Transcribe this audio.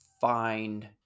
find